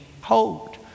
hold